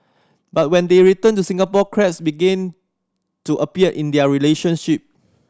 but when they returned to Singapore cracks began to appear in their relationship